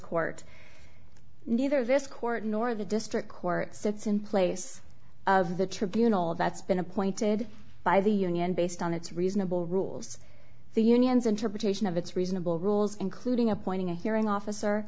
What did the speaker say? court neither this court nor the district court sits in place of the tribunal that's been appointed by the union based on its reasonable rules the union's interpretation of it's reasonable rules including appointing a hearing officer